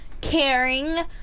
caring